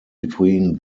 between